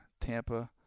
Tampa